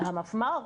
המפמ"ר.